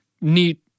neat